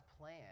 plan